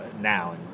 now